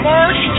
March